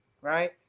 Right